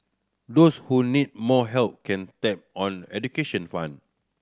those who need more help can tap on education fund